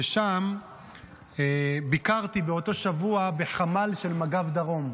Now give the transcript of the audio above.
ששם ביקרתי באותו שבוע בחמ"ל של מג"ב דרום.